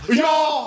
Y'all